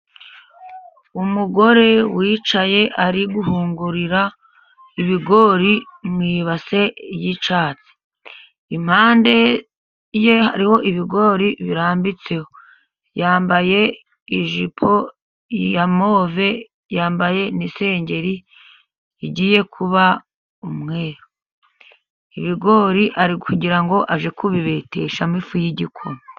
Umugore wicaye ari guhungurira ibigori mu ibase y'icatsi, impande ye hariho ibigori birambitseho yambaye ijipo ya move, yambaye n'isengeri igiye kuba umweru. Ibigori ari kugira ngo ajye kubibeteshamo ifu y'igikoma.